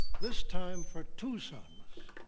this time for two sons.